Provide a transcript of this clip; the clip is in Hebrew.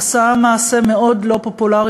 עושה מעשה מאוד לא פופולרי,